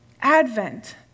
Advent